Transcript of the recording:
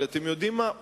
אבל אתם יודעים מה?